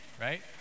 right